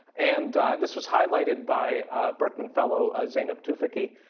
and this was highlighted by berkman fellow ah zeynep tufekci.